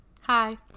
hi